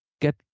get